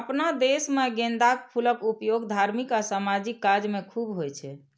अपना देश मे गेंदाक फूलक उपयोग धार्मिक आ सामाजिक काज मे खूब होइ छै